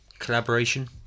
Collaboration